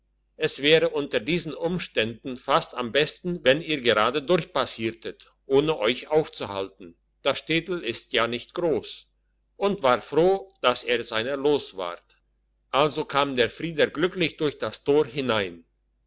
es wäre unter diesen umständen fast am besten wenn ihr gerade durchpassiertet ohne euch aufzuhalten das städtel ist ja nicht gross und war froh dass er seiner los ward also kam der frieder glücklich durch das tor hinein